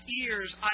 ears